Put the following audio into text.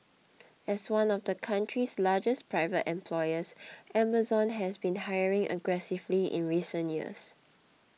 as one of the country's largest private employers Amazon has been hiring aggressively in recent years